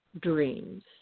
dreams